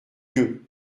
lieues